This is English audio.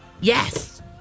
Yes